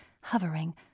hovering